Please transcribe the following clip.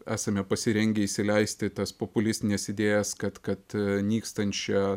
esame pasirengę įsileisti tas populistines idėjas kad kad nykstančią